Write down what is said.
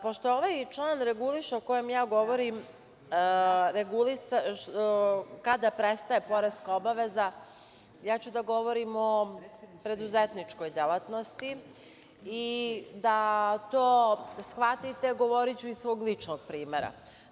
Pošto ovaj član reguliše, o kojem ja govorim, reguliše kada prestaje poreska obaveza, ja ću da govorim o preduzetničkoj delatnosti i da to shvatite, govoriću iz svog ličnog primera.